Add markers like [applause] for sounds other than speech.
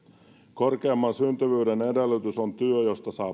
korkeamman syntyvyyden edellytys on työ josta saa [unintelligible]